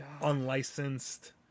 unlicensed